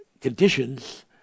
conditions